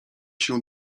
się